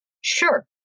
Sure